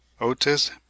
otis